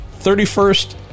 31st